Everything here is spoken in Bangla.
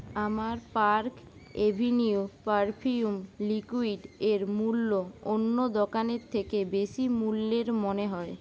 আমার পার্ক এভিনিউ পারফিউম লিকুইডের মূল্য অন্য দোকানের থেকে বেশি মূল্যের মনে হয়